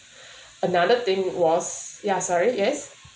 another thing was ya sorry yes